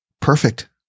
Perfect